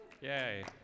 Yay